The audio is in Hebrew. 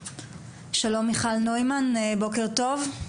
שלום, מיכל נוימן, בוקר טוב.